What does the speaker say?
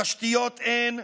תשתיות אין,